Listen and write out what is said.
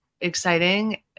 exciting